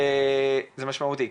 זה משמעותי.